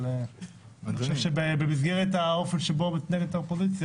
אבל אני חושב שבמסגרת האופן שבו מתנהלת האופוזיציה